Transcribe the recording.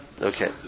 Okay